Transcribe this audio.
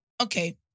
okay